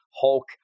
hulk